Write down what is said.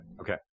okay